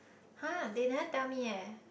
!huh! they never tell me eh